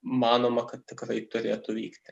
manoma kad tikrai turėtų vykti